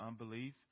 unbelief